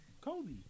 Kobe